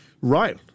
Right